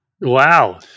Wow